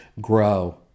grow